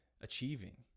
achieving